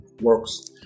works